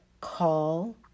call